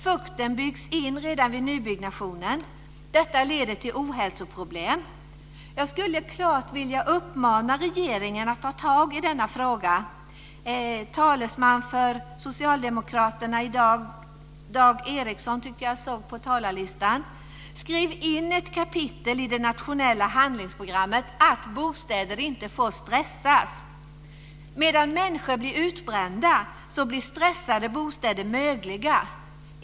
Fukten byggs in redan vid nybyggnationen. Detta leder till ohälsoproblem. Jag skulle klart vilja uppmana regeringen att ta tag i denna fråga. Talesman för socialdemokraterna i dag är Dag Ericson, tyckte jag att jag såg på talarlistan. Skriv in ett kapitel i det nationella handlingsprogrammet om att bostäder inte får stressas. Medan människor blir utbrända blir stressade bostäder mögliga.